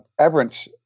Everence